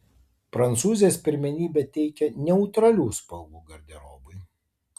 prancūzės pirmenybę teikia neutralių spalvų garderobui